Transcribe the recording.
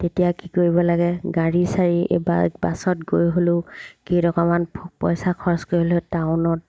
তেতিয়া কি কৰিব লাগে গাড়ী চাৰি এবাৰ বাছত গৈ হ'লেও কেইটকামান পইচা খৰচ কৰি হ'লেও টাউনত